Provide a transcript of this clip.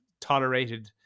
tolerated